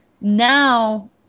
now